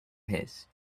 his